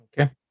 Okay